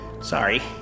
Sorry